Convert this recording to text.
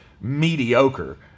mediocre